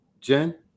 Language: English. Jen